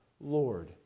Lord